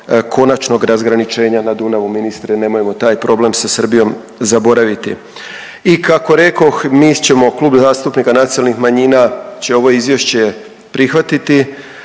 konačnog razgraničenja na Dunavu. Ministre nemojmo taj problem sa Srbijom zaboraviti. I kako rekoh mi ćemo, Klub zastupnika nacionalnih manjina će ovo izvješće prihvatiti.